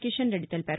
కిషన్ రెడ్డి తెలిపారు